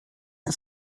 the